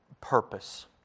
purpose